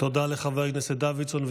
תודה לחבר הכנסת דוידסון.